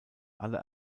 alle